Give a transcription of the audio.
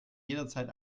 jederzeit